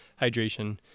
hydration